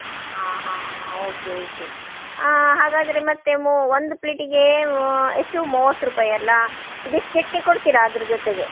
ಆಂ ಹಾಂ ಹಾಂ okay okay ಹಾಗಾದರೆ ಮತ್ತೆ ಮೊ ಒಂದು ಪ್ಲೇಟಿಗೆ ಎಷ್ಟು ಮೂವತ್ತು ರೂಪಾಯಿ ಅಲ್ವಾ ಇದಿಷ್ಟು ಚಟ್ನಿ ಕೊಡ್ತೀರಾ ಅದ್ರ ಜೊತೆಗೆ